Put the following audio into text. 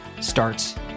starts